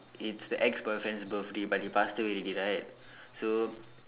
it's the ex boyfriend's birthday but he passed away already right so